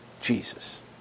Jesus